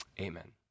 amen